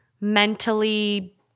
mentally